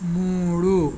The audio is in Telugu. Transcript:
మూడు